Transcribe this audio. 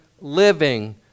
living